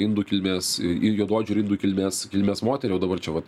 indų kilmės juodaodžių ir indų kilmės kilmės moterį o dabar čia vat